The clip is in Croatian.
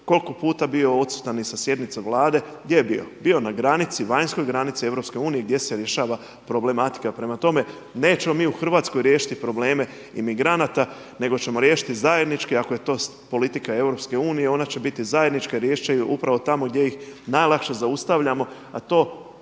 koliko puta bio odsutan i sa sjednica Vlade. Gdje je bio? Bio je na granici, vanjskoj granici EU gdje se rješava problematika. Prema tome, nećemo mi u Hrvatskoj riješiti probleme imigranata, nego ćemo riješiti zajednički ako je to politika EU, ona će biti zajednička i riješit će je upravo tamo gdje ih najlakše zaustavljamo, a to